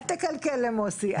אל תקלקל למוסי,